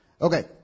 Okay